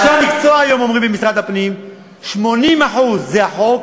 אנשי המקצוע במשרד הפנים היום אומרים: 80% בשל החוק,